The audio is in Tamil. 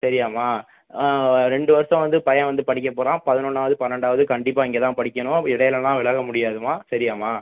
சரியாம்மா ரெண்டு வருஷம் வந்து பையன் வந்து படிக்கப் போகறான் பதினொன்னாவது பன்னெண்டாவது கண்டிப்பாக இங்கே தான் படிக்கணும் இடையிலயெல்லாம் விலக முடியாதும்மா சரியாம்மா